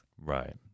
Right